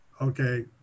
Okay